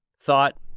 thought